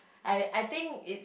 I I think it